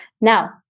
Now